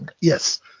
Yes